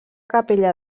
capella